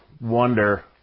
wonder